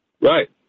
Right